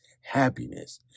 happiness